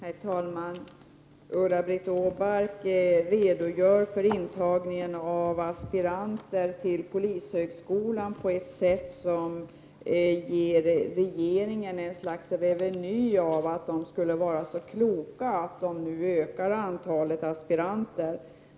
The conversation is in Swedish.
Herr talman! Ulla-Britt Åbark redogjorde för intagningen av aspiranter till polishögskolan på ett sätt som ger regeringen något slags reveny. Regeringen skulle vara så klok att den nu ökar antalet aspiranter.